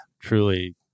truly